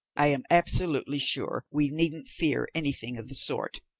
i am absolutely sure we needn't fear anything of the sort,